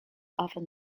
often